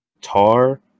Tar